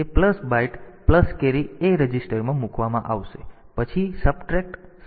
તેથી તે plus byte plus carry A રજિસ્ટરમાં મૂકવામાં આવશે પછી સબટ્રેક્ટ SUBB સાથે બાદબાકી કરો